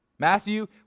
Matthew